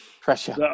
pressure